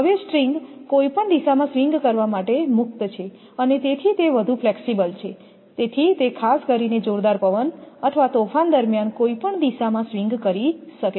હવે સ્ટ્રિંગ કોઈપણ દિશામાં સ્વિંગ કરવા માટે મુક્ત છે અને તેથી તે વધુ ફ્લેક્સિબલ છેતેથી તે ખાસ કરીને જોરદાર પવન અથવા તોફાન દરમિયાન કોઈ પણ દિશામાં સ્વિંગ કરી શકે છે